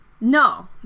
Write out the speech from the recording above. No